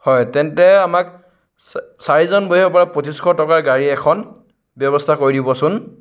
হয় তেন্তে আমাক চাৰিজন বহিব পৰা পচিছশ টকাৰ গাড়ী এখন ব্যৱস্থা কৰি দিবচোন